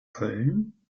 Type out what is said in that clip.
köln